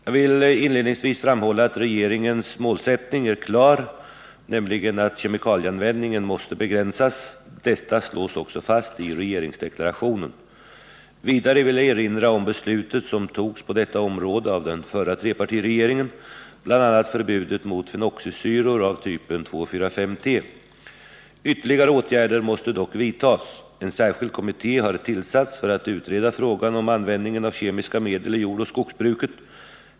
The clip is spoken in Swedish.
Jag vill inledningsvis framhålla att regeringens målsättning är klar, nämligen att kemikalieanvändningen måste begränsas. Detta slås också fast i regeringsdeklarationen. Vidare vill jag erinra om beslut som togs på detta område av den förra trepartiregeringen, bl.a. förbudet mot fenoxisyror av typen 2,4,5-T. Ytterligare åtgärder måste dock vidtas. En särskild kommitté har tillsatts för att utreda frågan om användningen av kemiska medel i jordoch skogsbruket.